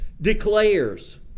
declares